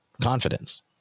confidence